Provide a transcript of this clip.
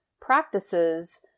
practices